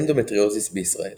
אנדומטריוזיס בישראל